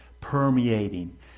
permeating